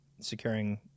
securing